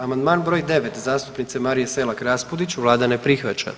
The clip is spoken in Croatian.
Amandman br. 9 zastupnice Marije Selak Raspudić, Vlada ne prihvaća.